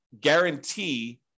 guarantee